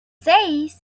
seis